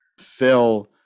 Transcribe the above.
Phil